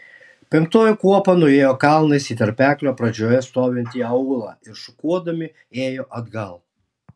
penktoji kuopa nuėjo kalnais į tarpeklio pradžioje stovintį aūlą ir šukuodami ėjo atgal